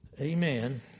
Amen